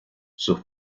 sus